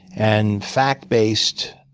and fact-based,